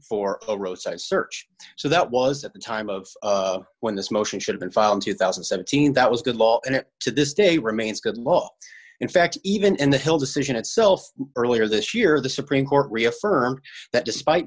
for a roadside search so that was at the time of when this motion should've been filed two thousand and seventeen that was good law and it to this day remains good law in fact even in the hill decision itself earlier this year the supreme court reaffirmed that despite